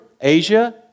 Asia